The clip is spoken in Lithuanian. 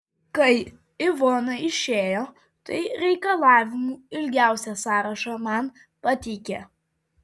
kai ivona išėjo tai reikalavimų ilgiausią sąrašą man pateikė